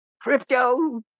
Crypto